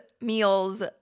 meals